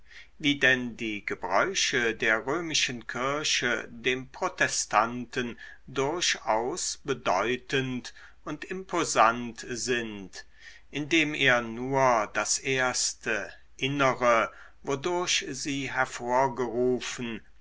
wie denn die gebräuche der römischen kirche dem protestanten durchaus bedeutend und imposant sind indem er nur das erste innere wodurch sie hervorgerufen